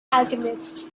alchemist